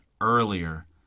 earlier